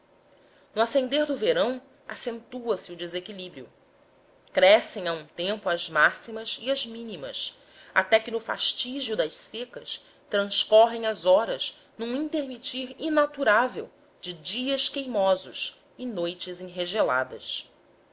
no ascender do verão acentua se o desequilíbrio crescem a um tempo as máximas e as mínimas até que no fastígio das secas transcorram as horas num intermitir inaturável dos dias queimosos e noites enregeladas